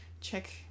check